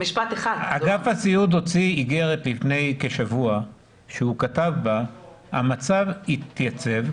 אגף הסיעוד הוציא איגרת לפני כשבוע שהוא כתב בה 'המצב התייצב,